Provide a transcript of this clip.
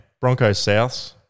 Broncos-Souths